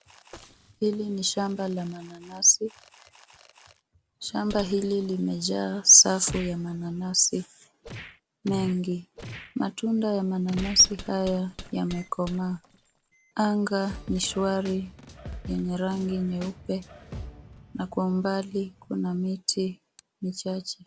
Hili ni shamba la mananasi. Shamba hili limejaa safu ya mananasi mengi. Matunda ya mananasi haya yamekomaa. Anga ni shwari yenye rangi nyeupe na kwa umbali kuna miti michache.